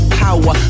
power